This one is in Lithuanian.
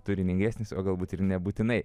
turiningesnis o galbūt ir nebūtinai